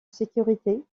sécurité